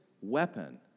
weapon